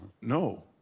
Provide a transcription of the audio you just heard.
No